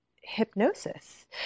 hypnosis